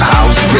House